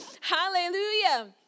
hallelujah